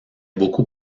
beaucoup